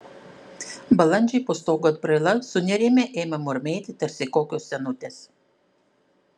balandžiai po stogo atbraila sunerimę ėmė murmėti tarsi kokios senutės